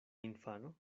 infano